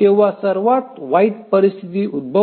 तेव्हा सर्वात वाईट परिस्थिती उद्भवते